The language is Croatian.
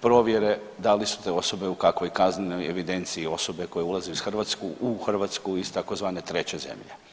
provjere da li su te osobe u kakvoj kaznenoj evidenciji osobe koje ulaze u Hrvatsku iz tzv. treće zemlje?